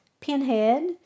Pinhead